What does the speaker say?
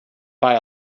buy